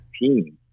team